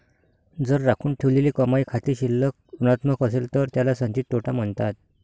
जर राखून ठेवलेली कमाई खाते शिल्लक ऋणात्मक असेल तर त्याला संचित तोटा म्हणतात